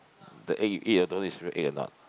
the egg you eat don't know is real egg or not